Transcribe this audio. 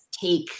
take